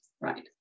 Right